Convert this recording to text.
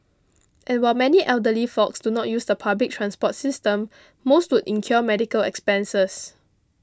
and while many elderly folks do not use the public transport system most would incur medical expenses